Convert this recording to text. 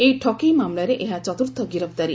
ଏହି ଠକେଇ ମାମଲାରେ ଏହା ଚତ୍ର୍ଥ ଗିରଫଦାରି